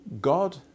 God